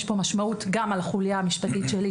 יש כאן משמעות גם על החוליה המשפטית שלי,